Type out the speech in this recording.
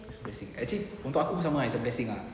it's a blessing actually untuk aku pun sama ah it's a blessing ah